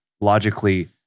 logically